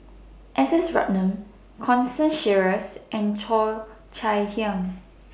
S S Ratnam Constance Sheares and Cheo Chai Hiang